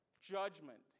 judgment